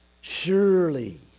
surely